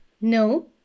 No